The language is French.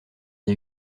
des